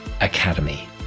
Academy